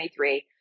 2023